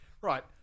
right